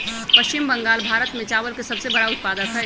पश्चिम बंगाल भारत में चावल के सबसे बड़ा उत्पादक हई